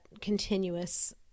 continuous